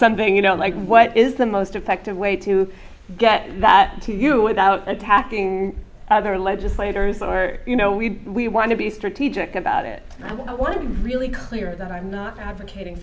something you know like what is the most effective way to get that to you without attacking other legislators are you know we we want to be strategic about it and i want to be really clear that i'm not advocating